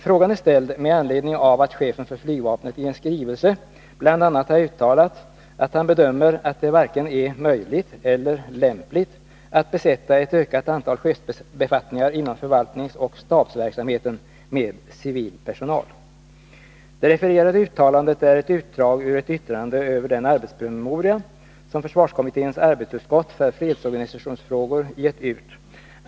Frågan är ställd med anledning av att chefen för flygvapnet i en skrivelse bl.a. har uttalat att han bedömer att det varken är möjligt eller lämpligt att besätta ett ökat antal chefsbefattningar inom förvaltningsoch stabsverksamheten med civil personal. Det refererade uttalandet är ett utdrag ur ett yttrande över den arbetspromemoria som försvarskommitténs arbetsutskott för fredsorganisationsfrågor gett ut.